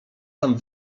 tam